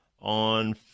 on